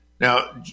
Now